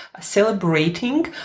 Celebrating